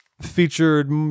featured